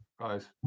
guys